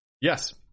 Yes